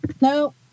No